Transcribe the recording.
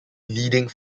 leading